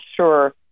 sure